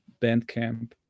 Bandcamp